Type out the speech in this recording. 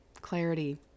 clarity